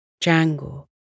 Jangle